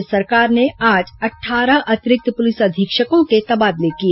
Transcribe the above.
राज्य सरकार ने आज अट्ठारह अतिरिक्त पुलिस अधीक्षकों के तबादले किए